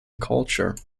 influence